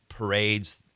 Parades